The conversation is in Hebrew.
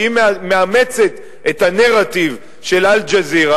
כי היא מאמצת את הנרטיב של "אל-ג'זירה",